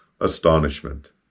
astonishment